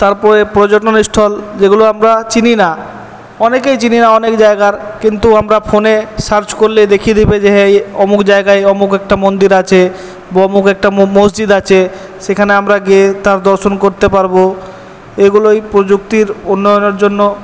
তারপরে পর্যটনস্থল যেগুলো আমরা চিনি না অনেকেই চিনি না অনেক জায়গার কিন্তু আমরা ফোনে সার্চ করলেই দেখিয়ে দেবে যে হ্যাঁ এই অমুক জায়গায় অমুক একটা মন্দির আছে বা অমুক একটা মসজিদ আছে সেখানে আমরা গিয়ে তার দর্শন করতে পারব এইগুলোই প্রযুক্তির উন্নয়নের জন্য